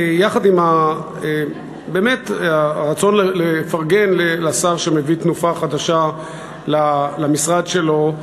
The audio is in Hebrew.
יחד עם הרצון לפרגן לשר שמביא תנופה חדשה למשרד שלו,